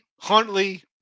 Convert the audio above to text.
Huntley